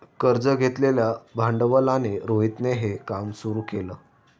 कर्ज घेतलेल्या भांडवलाने रोहितने हे काम सुरू केल